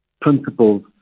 principle's